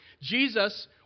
Jesus